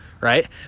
right